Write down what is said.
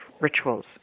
rituals